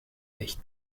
echt